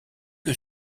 que